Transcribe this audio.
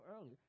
early